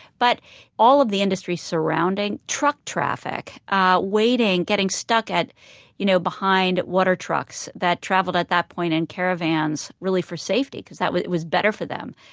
but all of the industries surrounding, truck traffic waiting, getting stuck at you know behind water trucks that traveled at that point in caravans really for safety because that was was better for them.